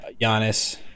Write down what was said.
Giannis